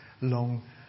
long